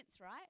right